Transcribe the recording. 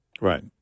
Right